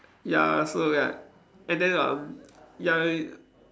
ya so ya and then um ya y~